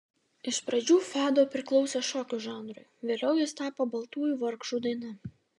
iš pradžių fado priklausė šokio žanrui vėliau jis tapo baltųjų vargšų daina